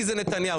כי זה נתניהו.